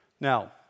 Now